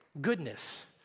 goodness